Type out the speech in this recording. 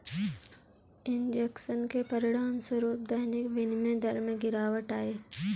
injection के परिणामस्वरूप दैनिक विनिमय दर में गिरावट आई